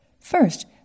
First